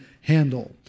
handle